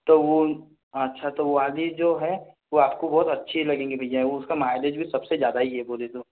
तो वो अच्छा तो वो वाली जो है वो आपको बहुत अच्छी लगेगी भैया वो उसका माइलेज भी सबसे ज़्यादा ही है बोले तो